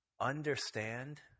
understand